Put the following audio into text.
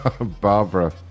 Barbara